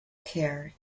care